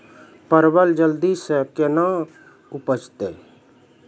परवल जल्दी से के ना उपजाते?